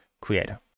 creator